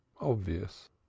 obvious